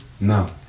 No